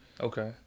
Okay